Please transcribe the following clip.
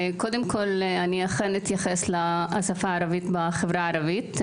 קודם כול, אתייחס לשפה הערבית בחברה הערבית.